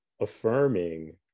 affirming